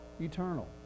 eternal